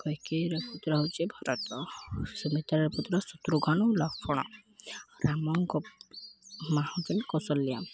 କୈକେଇର ପୁତ୍ର ହେଉଛି ଭରତ ସୁମିତ୍ରାର ପୁତ୍ର ଶତ୍ରୁଘ୍ନ ଲକ୍ଷ୍ମଣ ରାମଙ୍କ ମମାଆ ହେଉଛନ୍ତି କୌଶଲ୍ୟା